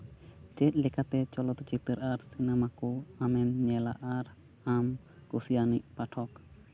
ᱪᱮᱫ ᱞᱮᱠᱟᱛᱮ ᱪᱚᱞᱚᱛ ᱪᱤᱛᱟᱹᱨ ᱟᱨ ᱥᱤᱱᱮᱢᱟ ᱠᱚ ᱟᱢᱮᱢ ᱧᱟᱞᱟ ᱟᱨ ᱟᱢ ᱠᱩᱥᱤᱭᱟᱱ ᱢᱤᱫ ᱯᱟᱴᱷᱚᱠ